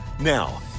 Now